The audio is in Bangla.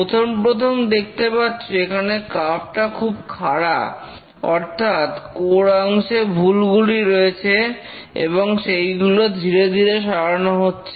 প্রথম প্রথম দেখতে পাচ্ছ এখানে কার্ভ টা খুব খাড়া অর্থাৎ কোর অংশে ভুলগুলি রয়েছে এবং সেইগুলো ধীরে ধীরে সারানো হচ্ছে